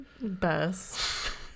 Best